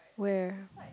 where